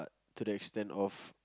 to the extend of